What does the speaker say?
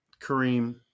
kareem